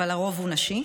אבל הרוב הוא נשי.